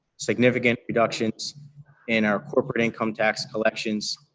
significant reductions in our corporate income tax collections.